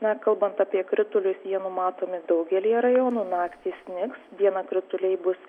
na kalbant apie kritulius jie numatomi daugelyje rajonų naktį snigs dieną krituliai bus